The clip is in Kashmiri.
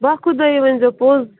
با خُدٲیی ؤنۍ زیٚو پوٚز